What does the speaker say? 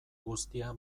guztia